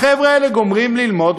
החבר'ה האלה גומרים ללמוד,